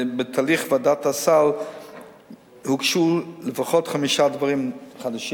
בתהליך ועדת הסל הוגשו לפחות חמישה דברים חדשים,